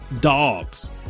Dogs